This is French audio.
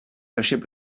sachets